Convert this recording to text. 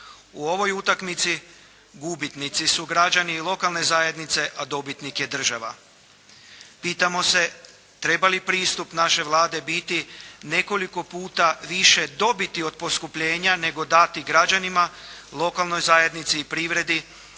U ovoj utakmici gubitnici su građani lokalne zajednice, a dobitnik je država. Pitamo se, treba li pristup naše Vlade biti nekoliko puta više dobiti od poskupljenja, nego dati građanima, lokalnoj zajednici i privredi